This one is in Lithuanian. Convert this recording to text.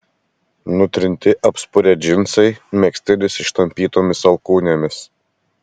nutrinti apspurę džinsai megztinis ištampytomis alkūnėmis